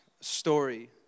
story